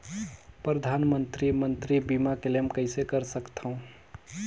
परधानमंतरी मंतरी बीमा क्लेम कइसे कर सकथव?